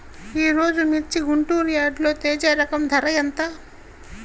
ఈరోజు మిర్చి గుంటూరు యార్డులో తేజ రకం ధర ఎంత?